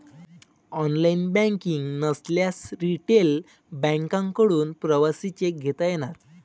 online banking नसल्यास retail बँकांकडून प्रवासी चेक घेता येणार